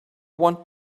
want